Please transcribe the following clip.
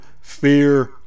fear